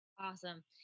Awesome